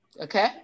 okay